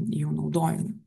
jų naudojamui